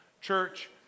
church